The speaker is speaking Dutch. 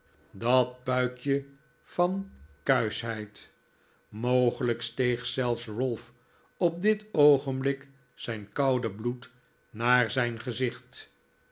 dat puikje van kuisch heid mogelijk steeg zelfs ralph op dit oogenblik zijn koude bloed naar zijn gezicht